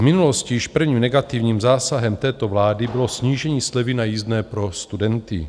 V minulosti již prvním negativním zásahem této vlády bylo snížení slevy na jízdné pro studenty.